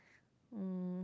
uh